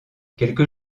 quelques